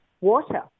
water